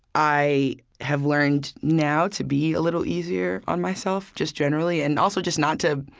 i have learned, now, to be a little easier on myself, just generally, and also just not to